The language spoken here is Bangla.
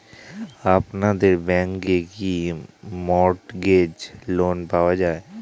আপনাদের ব্যাংকে কি মর্টগেজ লোন পাওয়া যায়?